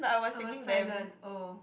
I was silent oh